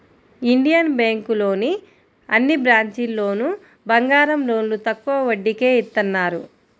Indian బ్యేంకులోని అన్ని బ్రాంచీల్లోనూ బంగారం లోన్లు తక్కువ వడ్డీకే ఇత్తన్నారు